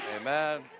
Amen